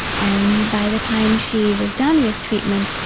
and by the time she was done with treatment,